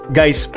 guys